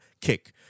kick